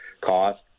cost